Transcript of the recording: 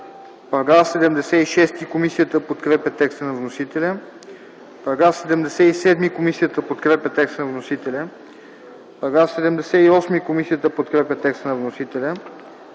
за § 26. Комисията подкрепя текста на вносителя за § 27. Комисията подкрепя текста на вносителя за § 28. Комисията подкрепя текста на вносителя